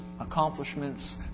accomplishments